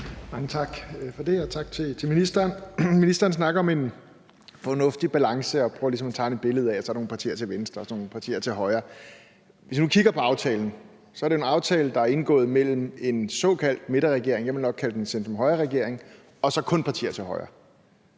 for det, og tak til ministeren. Ministeren snakker om en fornuftig balance og prøver ligesom at tegne et billede af, at der er nogle partier til venstre og nogle partier til højre. Hvis vi nu kigger på aftalen, kan vi se, at det er en aftale, der er indgået mellem en såkaldt midterregering – jeg vil nok kalde det en centrum-højre-regering – og så kun partier til højre.